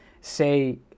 say